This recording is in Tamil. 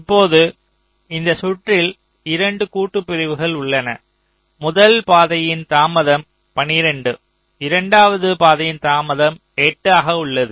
இப்போது இந்த சுற்றில் 2 கூட்டு பிரிவுகள் உள்ளன முதல் பாதையின் தாமதம் 12 இரண்டாவது பாதையின் தாமதம் 8 ஆக உள்ளது